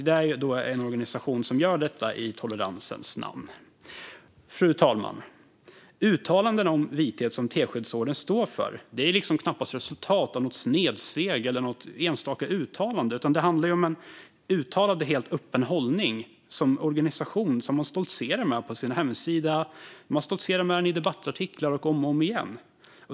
Detta är en organisation som alltså gör detta i toleransens namn. Fru talman! Uttalanden om vithet som Teskedsorden står för är knappast resultat av något snedsteg eller något enstaka uttalande, utan det handlar om en uttalad och helt öppen hållning som man som organisation stoltserar med på sin hemsida och i debattartiklar om och om igen.